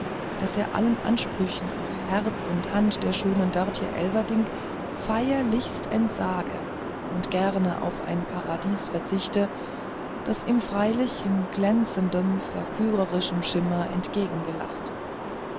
daß er allen ansprüchen auf herz und hand der schönen dörtje elverdink feierlichst entsage und gern auf ein paradies verzichte das ihm freilich in glänzendem verführerischem schimmer